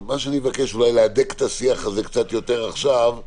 מה שאני מבקש להדק את השיח הזה קצת יותר עכשיו,